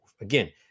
Again